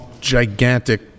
gigantic